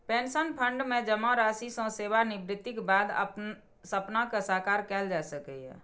pension fund मे जमा राशि सं सेवानिवृत्तिक बाद अपन सपना कें साकार कैल जा सकैए